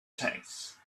texts